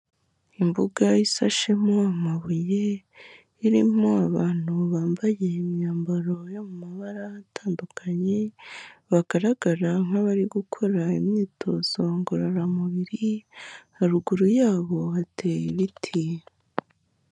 Imbuga isashemo amabuye, irimo abantu bambaye imyambaro yo mu mabara atandukanye, bagaragara nk'abari gukora imyitozo ngororamubiri, haruguru yabo bateye ibiti.